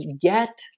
get